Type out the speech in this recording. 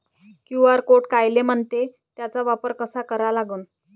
QR code कायले म्हनते, त्याचा वापर कसा करा लागन?